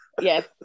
Yes